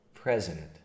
President